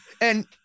And-